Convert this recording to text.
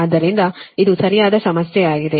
ಆದ್ದರಿಂದ ಇದು ಸರಿಯಾದ ಸಮಸ್ಯೆಯಾಗಿದೆ